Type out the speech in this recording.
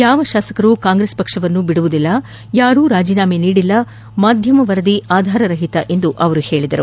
ಯಾವ ಶಾಸಕರೂ ಕಾಂಗ್ರೆಸ್ ಪಕ್ಷವನ್ನು ಬಿಡುವುದಿಲ್ಲ ಯಾರೂ ರಾಜೀನಾಮೆ ನೀಡಿಲ್ಲ ಮಾಧ್ಯಮ ವರದಿ ಆಧಾರರಹಿತ ಎಂದು ಅವರು ಹೇಳಿದರು